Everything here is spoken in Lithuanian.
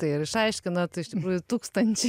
tai ir išaiškinot iš tikrųjų tūkstančiai